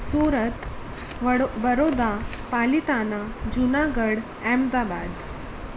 Surat Vadodara Palitana Junagadh Ahmedabad